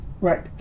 Right